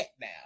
now